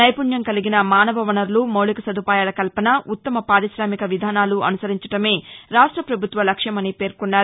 నైపుణ్యం కలిగిన మానవ వనరులు మౌలిక సదుపాయాల కల్పన ఉత్తమ పారిరామిక విధానాలు అనుసరించడమే రాష్ట్ర పభుత్వ లక్ష్యమని పేర్కొన్నారు